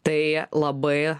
tai labai